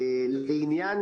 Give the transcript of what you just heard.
לעניין